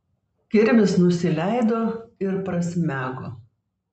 kirvis nusileido ir prasmego